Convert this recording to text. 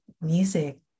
music